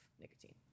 nicotine